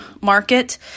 market